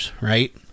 right